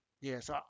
yes